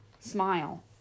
Smile